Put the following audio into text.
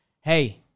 Hey